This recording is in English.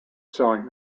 selling